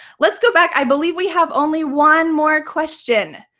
let's go back. i believe we have only one more question.